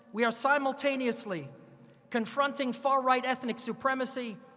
we are simultaneously confronting far-right ethnic supremacy,